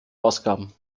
ausgaben